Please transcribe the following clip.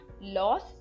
loss